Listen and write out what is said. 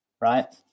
right